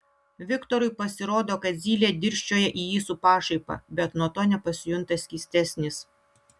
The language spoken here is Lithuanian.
viktorui pasirodo kad zylė dirsčioja į jį su pašaipa bet nuo to nepasijunta skystesnis